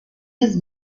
his